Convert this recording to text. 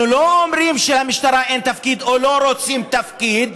אנחנו לא אומרים שלמשטרה אין תפקיד או לא רוצים את התפקיד,